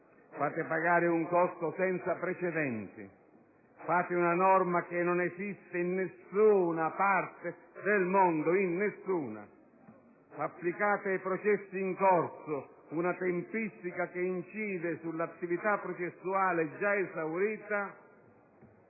Fate pagare un costo senza precedenti; fate una norma che non esiste in nessuna parte del mondo. Applicate ai processi in corso una tempistica che incide sull'attività processuale già esaurita,